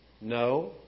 No